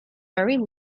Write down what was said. very